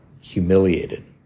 humiliated